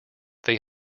they